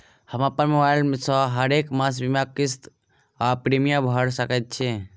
हम अप्पन मोबाइल सँ हरेक मास बीमाक किस्त वा प्रिमियम भैर सकैत छी?